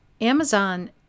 Amazon